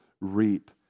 reap